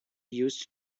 used